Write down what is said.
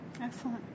Excellent